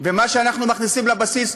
מה שאנחנו מכניסים לבסיס,